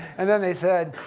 and then they said,